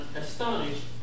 astonished